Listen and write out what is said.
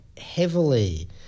heavily